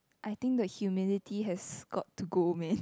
I think the humidity has got to go man